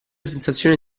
sensazione